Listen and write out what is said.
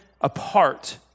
apart